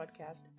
podcast